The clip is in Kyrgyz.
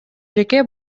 жеке